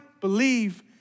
believe